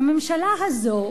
הממשלה הזאת,